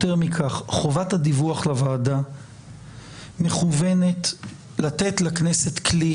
חובת הדיווח לוועדה מכוונת לתת לכנסת כלי